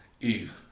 eve